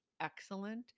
excellent